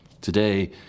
Today